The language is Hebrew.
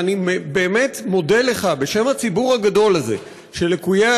ואני באמת מודה לך בשם הציבור הגדול הזה של לקויי